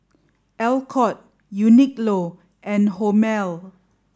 Alcott Uniqlo and Hormel